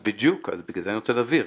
בדיוק בגלל זה אני רוצה להבהיר.